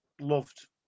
loved